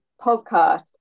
podcast